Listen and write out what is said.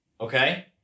Okay